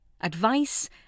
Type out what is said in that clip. Advice